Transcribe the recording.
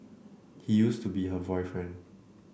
he used to be her boyfriend